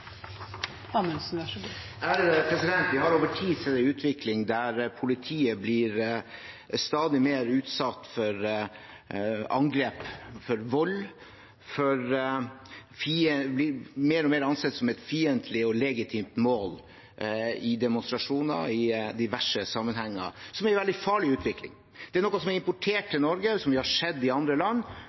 Vi har over tid sett en utvikling der politiet blir stadig mer utsatt for angrep og vold, og de blir mer og mer ansett som et fiendtlig og legitimt mål i demonstrasjoner og diverse sammenhenger, noe som er en veldig farlig utvikling. Dette er noe som er importert til Norge, som vi har sett i andre land,